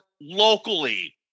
locally